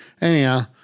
Anyhow